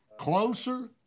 Closer